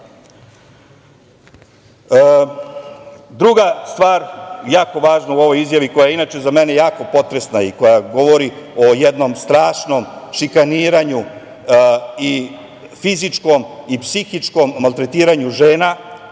stvar jako važna u ovoj izjavi koja je inače za mene jako potresna i koja govori o jednom strašnom šikaniranju i fizičkom i psihičkom maltretiranju žena,